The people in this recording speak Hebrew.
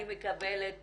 אני מקבלת